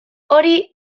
hori